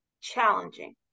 challenging